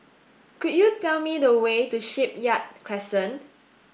could you tell me the way to Shipyard Crescent